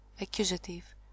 Accusative